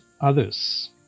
others